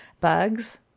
Bugs